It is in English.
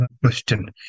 question